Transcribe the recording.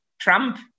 Trump